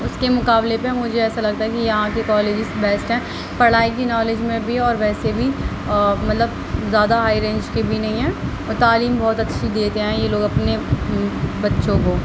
اس کے مقابلے پہ مجھے ایسا لگتا ہے کہ یہاں کے کالجز بیسٹ ہیں پڑھائی کی نالج میں بھی اور ویسے بھی اور مطلب زیادہ ہائی رینج کے بھی نہیں ہیں اور تعلیم بہت اچھی دیتے ہیں یہ لوگ اپنے بچوں کو